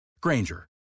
Granger